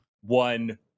one